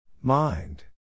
Mind